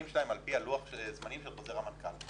שלהם לפי לוח הזמנים של חוזר המנכ"ל?